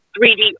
3D